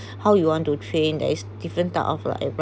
how you want to train that is different type of like